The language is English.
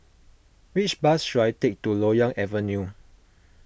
which bus should I take to Loyang Avenue